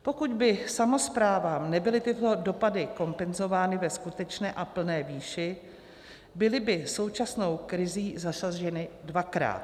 Pokud by samosprávám nebyly tyto dopady kompenzovány ve skutečné a plné výši, byly by současnou krizí zasaženy dvakrát.